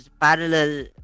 parallel